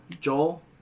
Joel